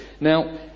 Now